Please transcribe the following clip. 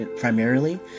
primarily